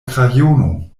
krajono